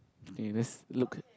okay let's look